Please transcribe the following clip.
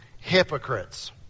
hypocrites